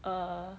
err